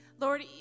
Lord